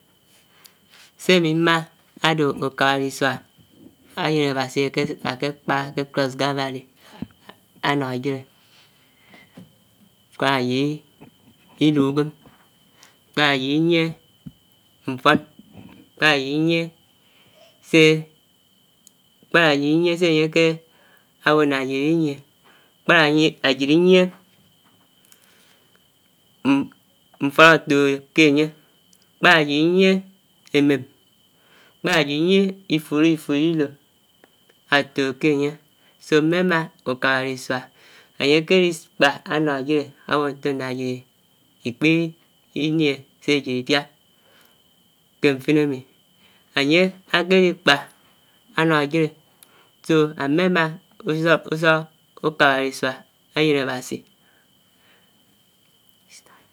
Sè ámi mmà ádè ukàbàrisuá, áyèn ábasi ákè kaa áké kpá kè cross calvary ánò yidè, ánàm áyid idu uwèm, ánám áyid inyè mfòn, ánám áyid Inyè sè kpènàm áyid Inyè sè èkè bó yák áyid idi nyè kpàn áyid inyè mfón átòhò kènyè, kpán áyid Inyè èmèm, kpàn áyid Inyè Ifurè Idò átòhò k’ènyè so mmè mà ukàbáresuá ányè kè di kpà ánnò yidè ábò ntóm nà ayid ikpi niè sè áyid Idiá kè mfin ámi. ányè ákè dukpà áno yidè so ámi mmèmd usóró usóró ukàbàñsuá áyèn ábási.